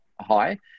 high